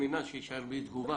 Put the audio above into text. בר-מינן שיישאר בלי תגובה.